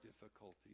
difficulties